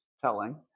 telling